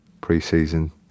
pre-season